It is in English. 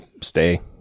stay